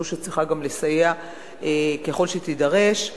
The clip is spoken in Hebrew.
זו שצריכה גם לסייע ככל שתידרש.